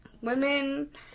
Women